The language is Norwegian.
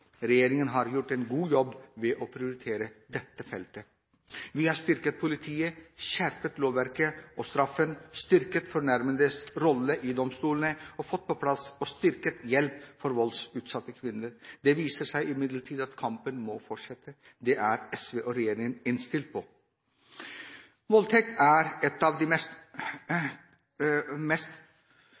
Regjeringen har gjort en god jobb ved å prioritere dette feltet. Vi har styrket politiet, skjerpet lovverket og straffen, styrket fornærmedes rolle i domstolene, fått på plass og styrket hjelp til voldsutsatte kvinner. Det viser seg imidlertid at kampen må fortsette. Det er SV og regjeringen innstilt på. Voldtekt er et av de mest